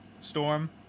Storm